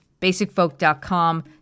Basicfolk.com